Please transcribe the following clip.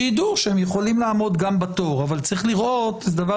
שידעו שהם יכולים לעמוד גם בתור אבל צריך לראות שדבר